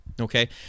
Okay